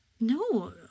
No